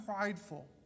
prideful